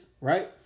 right